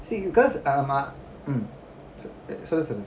see because um ah mm so i~ so it's a